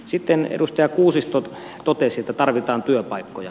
sitten edustaja kuusisto totesi että tarvitaan työpaikkoja